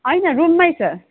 होइन रुममै छ